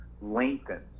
lengthens